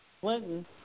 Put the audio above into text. Clinton